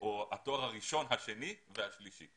או התואר הראשון, השני והשלישי